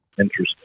interesting